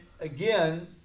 again